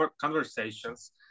conversations